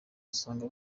usanga